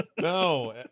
No